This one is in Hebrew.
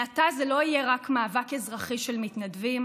מעתה זה לא יהיה רק מאבק אזרחי של מתנדבים